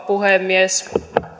puhemies